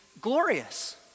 glorious